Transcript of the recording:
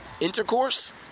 intercourse